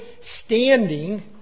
standing